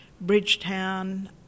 Bridgetown